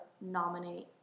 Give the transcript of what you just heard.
nominate